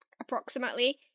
approximately